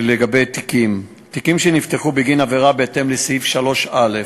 לגבי תיקים: תיקים שנפתחו בגין עבירה בהתאם לסעיף 3(א)